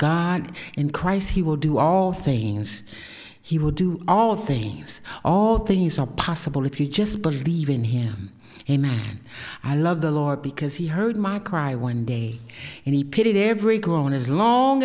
god in christ he will do all things he would do all things all things are possible if you just believe in him a man i love the lord because he heard my cry one day and he put it in every groan as long